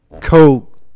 coke